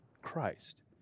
Christ